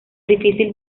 difícil